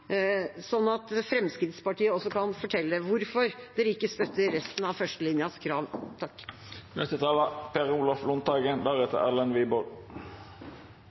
sånn at Fremskrittspartiet også kan fortelle hvorfor de ikke støtter kravet fra resten av